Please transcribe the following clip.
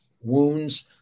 wounds